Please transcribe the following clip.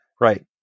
Right